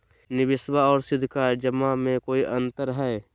निबेसबा आर सीधका जमा मे कोइ अंतर हय?